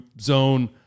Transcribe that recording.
zone